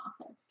office